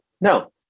No